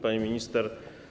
Pani Minister!